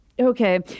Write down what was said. okay